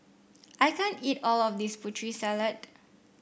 I can't eat all of this Putri Salad